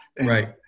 Right